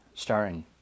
Starring